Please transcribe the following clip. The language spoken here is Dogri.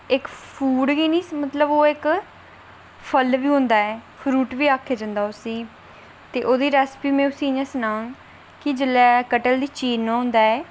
कटल इक फूड गै नेई ओह् इक फल बी होंदा ऐ फ्रूट बी आक्खेआ जंदा उसी ते ओहदी रेसपी में उसी सनाङ कि जेल्लै कटल गी चीरना होंदा ऐ